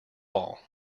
all